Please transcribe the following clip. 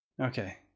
Okay